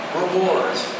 rewards